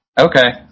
Okay